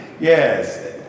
Yes